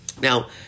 Now